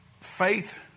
faith